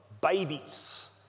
babies